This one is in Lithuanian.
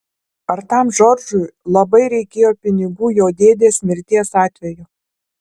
ar tam džordžui labai reikėjo pinigų jo dėdės mirties atveju